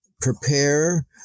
prepare